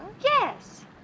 yes